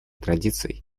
традиций